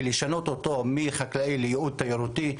ולשנות אותו מחקלאי לייעוד תיירותי,